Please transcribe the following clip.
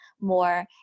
more